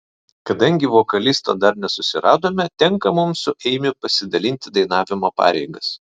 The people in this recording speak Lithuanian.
kadangi vokalisto dar nesusiradome tenka mums su eimiu pasidalinti dainavimo pareigas